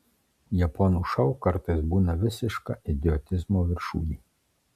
japonų šou kartais būna visiška idiotizmo viršūnė